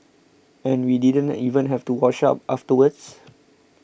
and we didn't even have to wash up afterwards